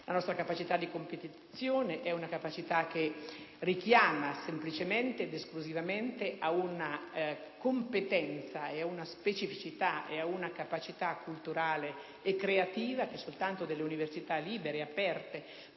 La nostra capacità di competizione richiama semplicemente ed esclusivamente ad una competenza, ad una specificità e ad una capacità culturale e creativa che soltanto università libere ed aperte,